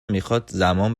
میخواد، زمان